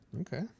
Okay